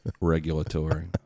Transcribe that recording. regulatory